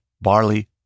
barley—